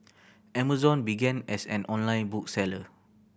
Amazon began as an online book seller